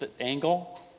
angle